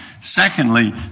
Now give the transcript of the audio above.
Secondly